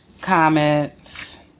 comments